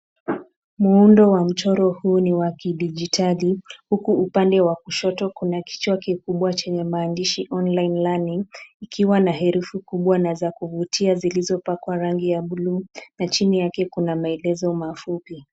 Muundo wa mchoro huu ni wa kidijitali huku upande wa kushoto kuna kichwa kikubwa chenye maandishi online learning ikiwa na herufi kubwa na za kuvutia zilizopakwa rangi ya buluu na chini yake kuna maelezo mafupi.